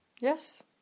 Yes